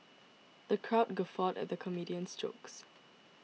the crowd guffawed at the comedian's jokes